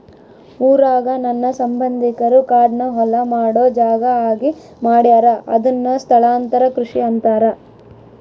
ಊರಾಗ ನನ್ನ ಸಂಬಂಧಿಕರು ಕಾಡ್ನ ಹೊಲ ಮಾಡೊ ಜಾಗ ಆಗಿ ಮಾಡ್ಯಾರ ಅದುನ್ನ ಸ್ಥಳಾಂತರ ಕೃಷಿ ಅಂತಾರ